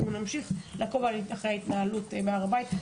אנחנו נמשיך לעקוב אחר ההתנהלות בהר הבית.